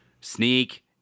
sneak